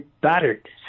battered